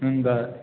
ହେନ୍ତା ହେ